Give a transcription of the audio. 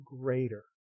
greater